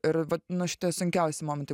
ir vat nu šitie sunkiausi momentai